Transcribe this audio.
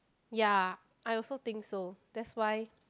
ya I also think so that's why